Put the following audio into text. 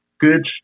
good